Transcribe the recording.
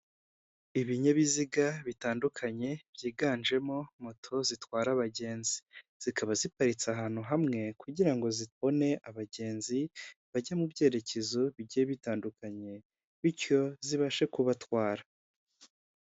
Ibinyabiziga bitandukanye byiganjemo moto zitwara abagenzi, zikaba ziparitse ahantu hamwe kugira ngo zibone abagenzi bajya mu byerekezo bigiye bitandukanye, bityo zibashe kubatwara.